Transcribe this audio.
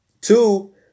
Two